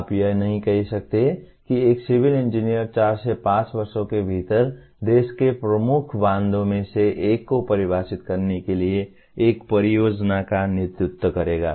आप यह नहीं कह सकते कि एक सिविल इंजीनियर चार से पांच वर्षों के भीतर देश के प्रमुख बांधों में से एक को परिभाषित करने के लिए एक परियोजना का नेतृत्व करेगा